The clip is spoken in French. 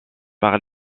par